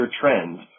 trends